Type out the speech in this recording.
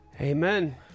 Amen